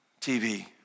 TV